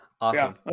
Awesome